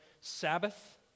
Sabbath